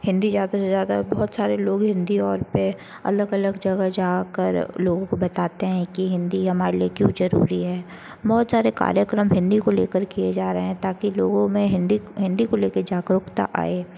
हिंदी ज़्यादा से ज़्यादा बहुत सारे लोग हिंदी और पर अलग अलग जगह जा कर लोगों को बताते हैं कि हिंदी हमारे लिए क्यों ज़रूरी है बहुत सारे कार्यक्रम हिंदी को ले कर किए जा रहे हैं ताकि लोगों में हिंदी हिंदी को ले कर जागरूकता आए